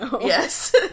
Yes